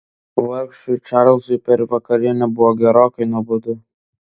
vargšui čarlzui per vakarienę buvo gerokai nuobodu